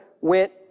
went